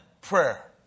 prayer